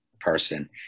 person